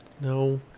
No